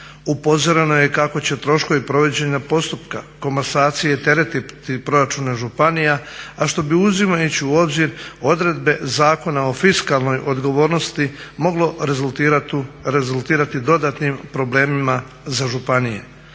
Upozoreno je kako će troškovi provođenja postupka komasacije teretiti proračune županija, a što bi uzimajući u obzir odredbe Zakona o fiskalnoj odgovornosti moglo rezultirati dodatnim problemima za županije.